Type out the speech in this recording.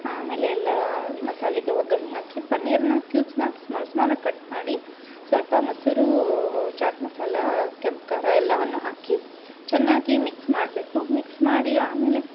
ಆಮೇಲೆ ಎಲ್ಲ ಮಸಾಲೆಗೆ ಒಗ್ಗರಣೆ ಹಾಕಿ ಪನ್ನೀರ್ನ ಕ್ಯೂಬ್ಸನ್ನ ಸ್ಮಾಲ್ ಸ್ಮಾಲಾಗಿ ಕಟ್ ಮಾಡಿ ಸ್ವಲ್ಪ ಮೊಸರೂ ಚಾಟ್ ಮಸಾಲಾ ಕೆಂಪು ಖಾರ ಎಲ್ಲವನ್ನು ಹಾಕಿ ಚೆನ್ನಾಗಿ ಮಿಕ್ಸ್ ಮಾಡಬೇಕು ಮಿಕ್ಸ್ ಮಾಡಿ ಆಮೇಲೆ